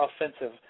offensive